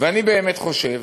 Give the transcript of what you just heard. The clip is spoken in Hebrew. אני באמת חושב